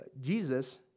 Jesus